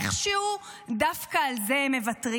איך שהוא דווקא על זה הם מוותרים.